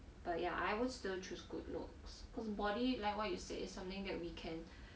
but ya I would still choose good looks cause body like what you said it's something that you can